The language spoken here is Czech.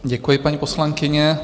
Děkuji, paní poslankyně.